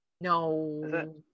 No